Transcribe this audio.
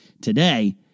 Today